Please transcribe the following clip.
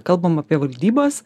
kalbam apie valdybas